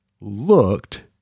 looked